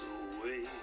away